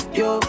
yo